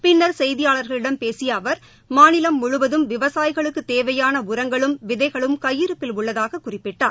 பின்னர் செய்தியாளர்களிடம் பேசிய அவர் மாநிலம் முழுவதும் விவசாயிகளுக்குத் தேவையான உரங்களும் விதைகளும் கையிருப்பில் உள்ளதாகக் குறிப்பிட்டார்